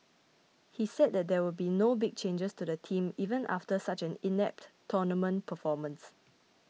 he said that there will be no big changes to the team even after such an inept tournament performance